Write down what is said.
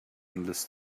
endless